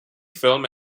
film